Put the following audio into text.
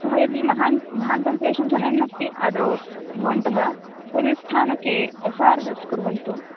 सः यदि महान् महान्तं क्लेषं जनयन् अस्ति आदौ भवन्तः पोलिस् ठाणाके एफ़ैअर् चार्ज् कुर्वन्तु